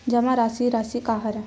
जमा राशि राशि का हरय?